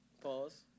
pause